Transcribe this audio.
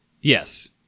Yes